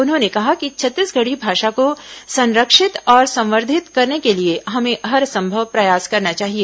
उन्होंने कहा कि छत्तीसगढ़ी भाषा को संरक्षित और संवर्धित करने के लिए हमें हरसंभव प्रयास करना चाहिए